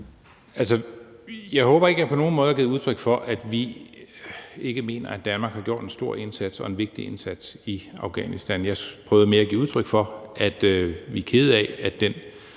jeg håber ikke, jeg på nogen måde har givet udtryk for, at vi ikke mener, at Danmark har gjort en stor indsats og en vigtig indsats i Afghanistan. Jeg prøvede mere at give udtryk for, at vi er kede af, at den